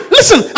Listen